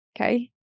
Okay